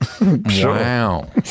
Wow